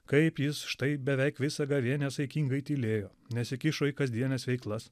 kaip jis štai beveik visą gavėnią saikingai tylėjo nesikišo į kasdienes veiklas